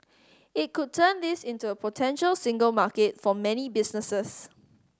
it could turn this into a potential single market for many businesses